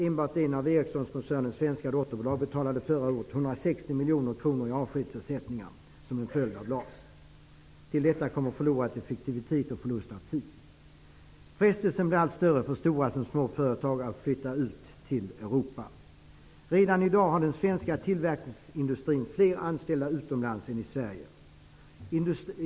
Enbart en av Ericssonkoncernens svenska dotterbolag betalade förra året 160 miljoner kronor i avskedsersättningar, som en följd av LAS. Till detta kommer förlorad effektivitet och förlust av tid. Frestelsen blir allt större för stora som små företag att flytta ut i Europa. Redan i dag har den svenska tillverkningsindustrin fler anställda utomlands än i Sverige.